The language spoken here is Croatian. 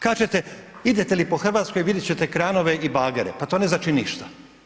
Kažete idete li po Hrvatskoj vidjet ćete kranove i bagere, pa to ne znači ništa.